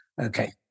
Okay